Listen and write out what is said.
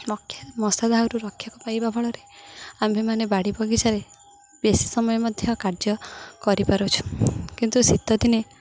ରକ୍ଷା ମଶା ଦାଉରୁ ରକ୍ଷା ପାଇବା ଫଳରେ ଆମ୍ଭେମାନେ ବାଡ଼ି ବଗିଚାରେ ବେଶୀ ସମୟ ମଧ୍ୟ କାର୍ଯ୍ୟ କରିପାରୁଛୁ କିନ୍ତୁ ଶୀତଦିନେ